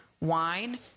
wine